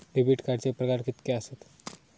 Debit कार्डचे प्रकार कीतके आसत?